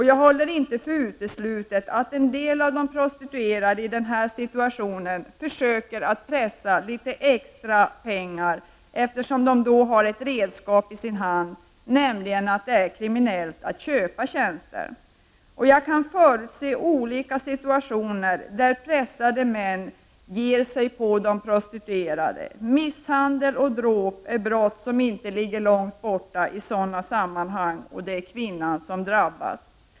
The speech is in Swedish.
Jag håller inte för uteslutet att en del prostituerade i den här situationen försöker att pressa ut litet extra pengar, eftersom de då har ett redskap i sin hand, nämligen att det är kriminellt att köpa tjänster. Jag kan förutse olika situationer där pressade män då ger sig på de prostituerade. Misshandel och dråp är brott som inte ligger långt bort i sådana sammanhang, och det är kvinnan som drabbas.